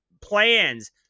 plans